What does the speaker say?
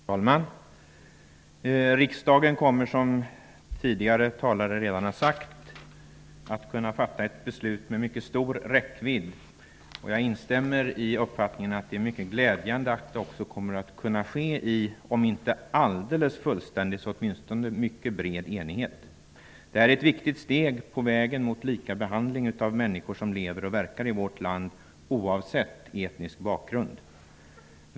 Herr talman! Riksdagen kommer, som tidigare talare redan har sagt, att kunna fatta ett beslut med mycket stor räckvidd, och jag instämmer i uppfattningen att det är mycket glädjande att detta kommer att ske om inte i alldeles fullständig så åtminstone mycket bred enighet. Det här är ett viktigt steg på vägen mot lika behandling av människor som lever och verkar i vårt land oavsett etnisk bakgrund.